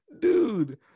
dude